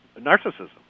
narcissism